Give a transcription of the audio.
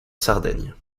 sardaigne